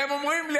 והן אומרות לי,